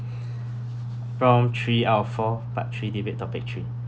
prompt three out of four part three debate topic three